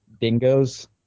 dingoes